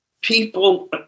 people